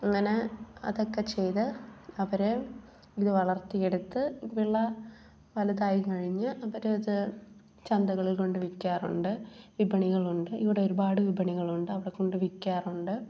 അങ്ങനെ അതൊക്കെ ചെയ്ത് അവർ ഇത് വളർത്തിയെടുത്ത് വിള വലുതായി കഴിഞ്ഞ് അവരത് ചന്തകളിൽ കൊണ്ട് വിൽക്കാറുണ്ട് വിപണികളുണ്ട് ഇവിടെ ഒരുപാട് വിപണികളുണ്ട് അവിടെ കൊണ്ട് വിൽക്കാറുണ്ട്